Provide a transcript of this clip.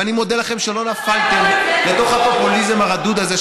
ואני מודה לכם שלא נפלתם לתוך הפופוליזם הרדוד הזה,